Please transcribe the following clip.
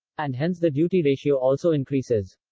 and hence the duty ratio also increases.